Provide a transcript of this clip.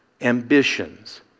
ambitions